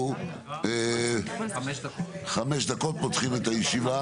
הישיבה ננעלה בשעה 19:58.